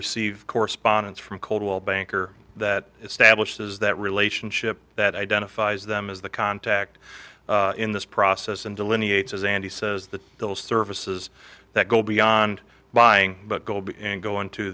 receive correspondence from coldwell banker that establishes that relationship that identifies them as the contact in this process and delineates and he says that those services that go beyond buying but gold and go into